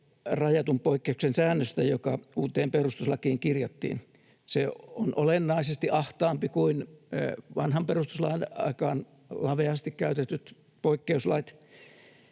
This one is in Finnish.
rajatun poikkeuksen säännöstä, joka uuteen perustuslakiin kirjattiin. Se on olennaisesti ahtaampi kuin vanhan perustuslain aikaan laveasti käytetyt poikkeuslait,